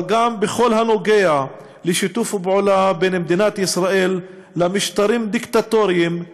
אבל גם בכל הנוגע לשיתוף פעולה בין מדינת ישראל למשטרים דיקטטוריים,